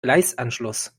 gleisanschluss